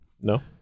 No